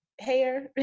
hair